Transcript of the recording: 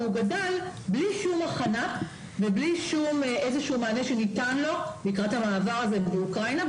גדל בלי כל הכנה ובלי כל מענה שניתן לו לקראת המעבר הזה באוקראינה.